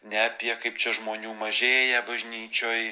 ne apie kaip čia žmonių mažėja bažnyčioj